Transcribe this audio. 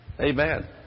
Amen